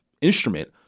instrument